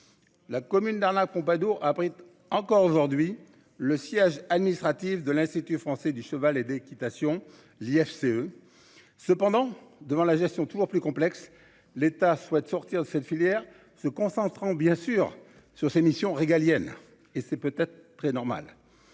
La commune dans la Pompadour abrite encore aujourd'hui le siège administratif de l'Institut français du cheval et d'équitation. FCE. Cependant, devant la gestion toujours plus complexes. L'État souhaite sortir de cette filière se concentrant bien sûr sur ses missions régaliennes et c'est peut-être très normal.